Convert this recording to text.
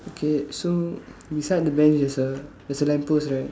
okay so beside the bench is a there's a lamp post right